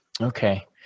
Okay